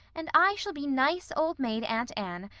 and i shall be nice, old maid aunt anne,